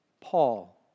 Paul